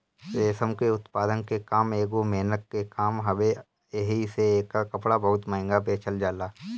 रेशम के उत्पादन के काम एगो मेहनत के काम हवे एही से एकर कपड़ा बहुते महंग बेचल जाला